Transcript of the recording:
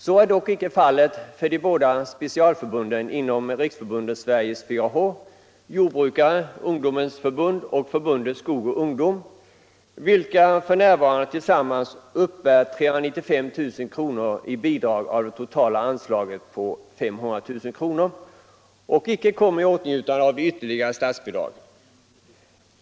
Så är dock icke fallet för de båda specialförbunden inom Riksförbundet Sveriges 4 H, Jordbrukare-Ungdomens förbund och Förbundet Skog och ungdom, vilka f. n. tillsammans uppbär 395 000 kr. av det totala anslaget på 500 000 kr. och icke kommer i åtnjutande av ytterligare statsbidrag.